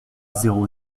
zéro